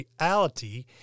reality